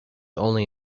only